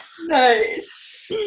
Nice